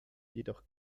jedoch